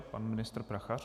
Pan ministr Prachař.